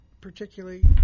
particularly